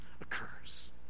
occurs